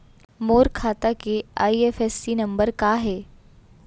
मोर खाता के IFSC number का हे?